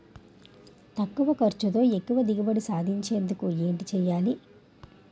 తక్కువ ఖర్చుతో ఎక్కువ దిగుబడి సాధించేందుకు ఏంటి చేయాలి?